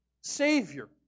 Savior